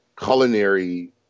culinary